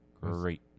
Great